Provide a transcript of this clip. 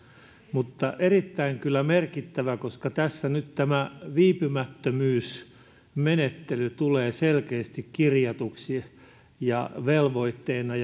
mutta kyllä erittäin merkittävä koska tässä nyt tämä viipymättömyysmenettely tulee selkeästi kirjatuksi ja velvoitteena